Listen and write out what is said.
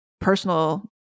personal